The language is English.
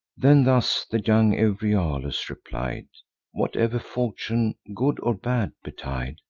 then thus the young euryalus replied whatever fortune, good or bad, betide,